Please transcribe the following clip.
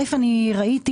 אני ראיתי,